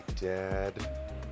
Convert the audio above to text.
dad